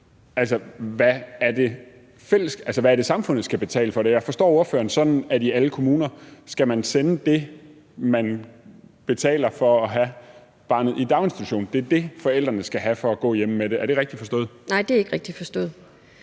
Hvad er det, samfundet skal betale for det? Jeg forstår ordføreren sådan, at i alle kommuner skal der sendes det, man betaler for at have barnet i daginstitution; det er det, forældrene skal have for at gå hjemme med det. Er det rigtigt forstået? Kl. 17:22 Hanne Bjørn-Klausen